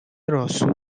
راسو